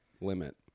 limit